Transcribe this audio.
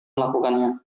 melakukannya